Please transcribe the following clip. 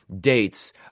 dates